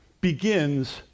begins